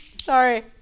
Sorry